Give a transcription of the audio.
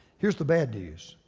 here's the bad news.